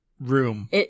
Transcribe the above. room